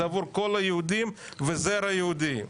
זה עבור כל היהודים וזרע יהודי.